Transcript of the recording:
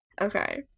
okay